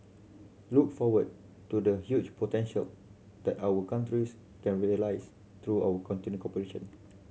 look forward to the huge potential that our countries can realise through our continued cooperation